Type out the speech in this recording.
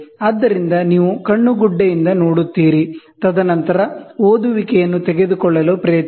ಆದ್ದರಿಂದ ನೀವು eyepiece ಇಂದ ನೋಡುತ್ತೀರಿ ತದನಂತರ ಓದುವಿಕೆಯನ್ನು ತೆಗೆದುಕೊಳ್ಳಲು ಪ್ರಯತ್ನಿಸಿ